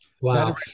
Wow